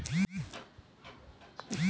व्यापार में प्रॉफिट बढ़े के लाभ या बढ़त कहल जाला